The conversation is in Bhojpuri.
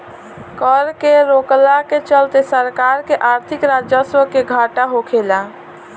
कर के रोकला के चलते सरकार के आर्थिक राजस्व के घाटा होखेला